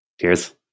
Cheers